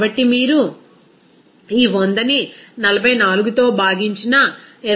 కాబట్టి మీరు ఈ 100ని 44తో భాగించిన 22